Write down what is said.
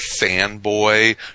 fanboy